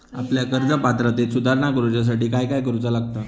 आपल्या कर्ज पात्रतेत सुधारणा करुच्यासाठी काय काय करूचा लागता?